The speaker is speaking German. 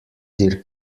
dir